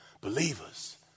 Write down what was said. Believers